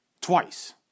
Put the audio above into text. twice